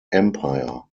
empire